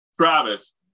Travis